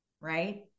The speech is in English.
right